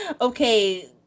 Okay